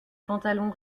pantalon